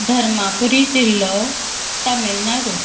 धर्मापुरी जिल्लो तमिळनाडू